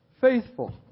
Faithful